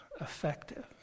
effective